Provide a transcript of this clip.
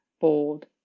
bold